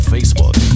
Facebook